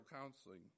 counseling